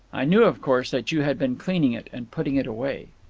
i knew, of course, that you had been cleaning it and putting it away.